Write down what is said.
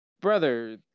Brother